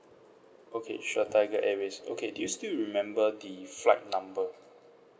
okay sure tiger airways okay do you still remember the flight number